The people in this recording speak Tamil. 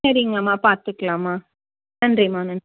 சரிங்கம்மா பார்த்துக்கலாம்மா நன்றி அம்மா நன்றி